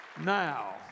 Now